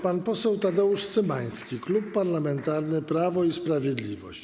Pan poseł Tadeusz Cymański, Klub Parlamentarny Prawo i Sprawiedliwość.